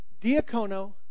Diacono